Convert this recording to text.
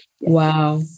Wow